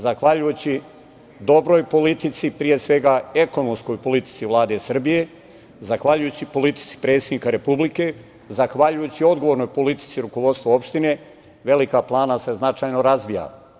Zahvaljujući dobroj politici, pre svega ekonomskoj politici Vlade Srbije, zahvaljujući politici predsednika republike, zahvaljujući odgovornoj politici rukovodstva opštine, Velika Plana se značajno razvija.